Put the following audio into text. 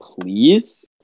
please